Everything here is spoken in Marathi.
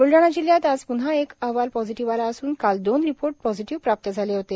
ब्लडाणा जिल्ह्यात आज प्न्हा एक अहवाल पॉझिटिव्ह आला असून काल दोन रिपोर्ट पॉझिटिव्ह प्राप्त झाले होते